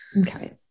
Okay